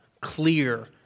clear